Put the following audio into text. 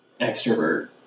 extrovert